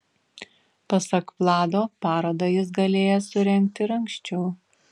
pasak vlado parodą jis galėjęs surengti ir anksčiau